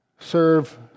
Serve